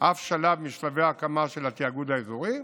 אף שלב משלבי ההקמה של התיאגוד האזורי,